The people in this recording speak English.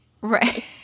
right